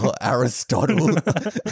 Aristotle